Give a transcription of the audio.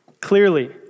Clearly